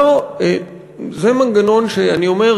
זה מנגנון שאני אומר,